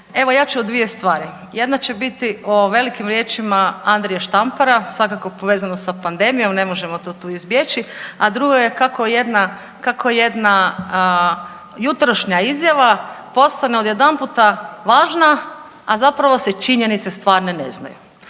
Evo ja ću o dvije stvari. Jedna će biti o velikim riječima Andrije Štampara, svakako povezano sa pandemijom, ne možemo to tu izbjeći. A drugo je kako jedna jutrošnja izjava postane odjedanputa važna, a zapravo se činjenice stvarne ne znaju.